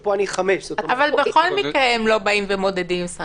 ופה אני 5. אבל בכל מקרה הם לא באים ומודדים עם סרגל.